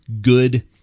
good